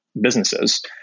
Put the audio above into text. businesses